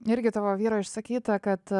irgi tavo vyro išsakyta kad